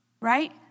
right